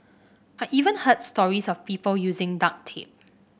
I even heard stories of people using duct tape